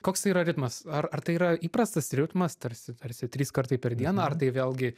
koks tai yra ritmas ar ar tai yra įprastas ritmas tarsi tarsi trys kartai per dieną ar tai vėlgi